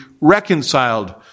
reconciled